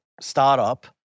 startup